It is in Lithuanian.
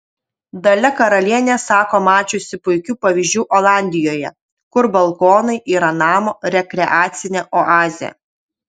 dalia karalienė sako mačiusi puikių pavyzdžių olandijoje kur balkonai yra namo rekreacinė oazė